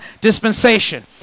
dispensation